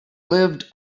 lived